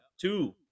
two